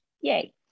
yay